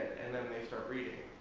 and then they start reading.